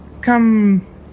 Come